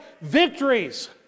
victories